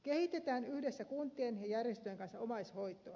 kehitetään yhdessä kuntien ja järjestöjen kanssa omaishoitoa